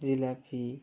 jalebi